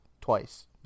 Twice